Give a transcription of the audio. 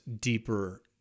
deeper